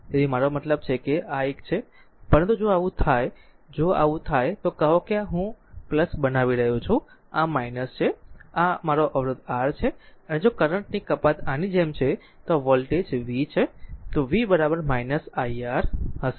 તેથી મારો મતલબ છે કે આ એક છે પરંતુ જો આવું થાય જો આવું થાય તો કહો કે આ હું બનાવી રહ્યો છું આ છે આ મારો અવરોધ R છે અને જો કરંટ ની કપાત આની જેમ છે તો આ વોલ્ટેજ v છે તો v iR હશે